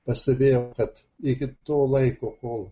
pastebėjo kad iki to laiko kol